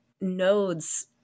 nodes